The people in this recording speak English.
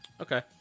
Okay